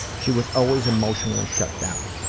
she was always emotionally shut down.